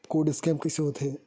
Code scan कइसे होथे?